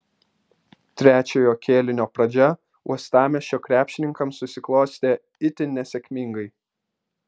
trečiojo kėlinio pradžia uostamiesčio krepšininkams susiklostė itin nesėkmingai